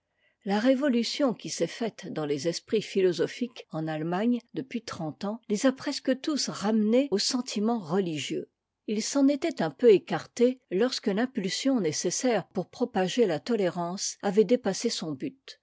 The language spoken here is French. la révolution qui s'est faite dans les esprits philosophiques en allemagne depuis trente ans les a presque tous ramenés aux sentiments religieux us s'en étaient un peu écartés lorsque l'impulsion nécessaire pour propager la tolérance avait dépassé son but